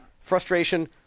frustration